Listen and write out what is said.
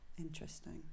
interesting